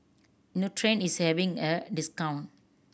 Nutren is having a discount